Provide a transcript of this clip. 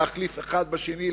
להחליף אחד בשני,